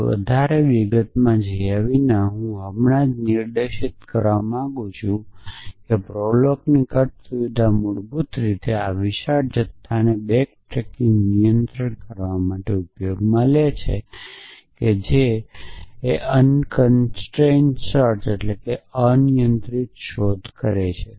અને વધુ વિગતો પર ગયા વિના હું દર્શાવા માંગું છું કે પ્રોલોગની કટ સુવિધા મૂળભૂત રીતે આ વિશાળ બેક ટ્રેકિંગ જે એક અનિયંત્રિત સર્ચ કરે છે તેને નિયંત્રિત કરવા માટે ઉપયોગમાં લેવાય છે